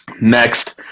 Next